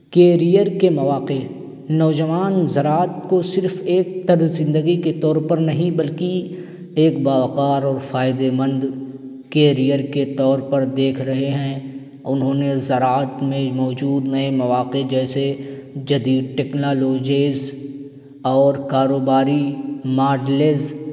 career کے مواقع نوجوان زراعت کو صرف ایک طرز زندگی کے طور پر نہیں بلکہ ایک باوقار اور فائدے مند کیریئر کے طور پر دیکھ رہے ہیں انہوں نے زارعت میں موجود نئے مواقع جیسے جدید ٹکنالوجیز اور کاروباری ماڈلز